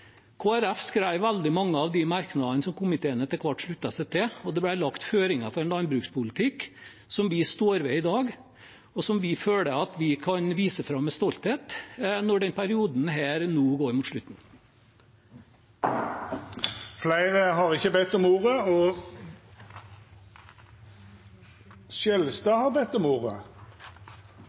veldig mange av de merknadene som komiteen etter hvert sluttet seg til, og det ble lagt føringer for en landbrukspolitikk som vi står ved i dag, og som vi føler at vi kan vise fram med stolthet når denne perioden nå går mot slutten.